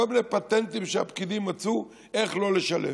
כל מיני פטנטים שהפקידים מצאו איך לא לשלם.